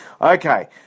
Okay